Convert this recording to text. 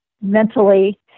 mentally